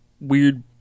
weird